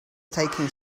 taking